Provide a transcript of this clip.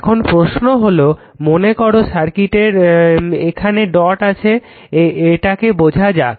এখন প্রশ্ন হলো মনে করো সার্কিটের এখানে ডট আছে এটাকে বোঝা যাক